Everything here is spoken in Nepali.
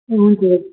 हुन्छ